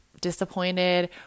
disappointed